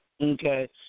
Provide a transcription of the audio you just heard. Okay